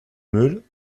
meules